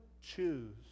choose